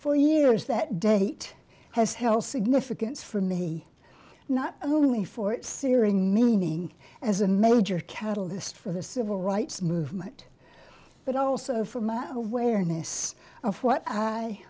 for years that date has health significance for me not only for its searing meaning as a major catalyst for the civil rights movement but also for my where ness of what